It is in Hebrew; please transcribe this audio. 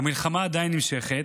המלחמה עדיין נמשכת,